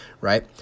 right